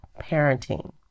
parenting